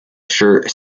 shirt